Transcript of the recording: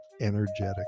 energetic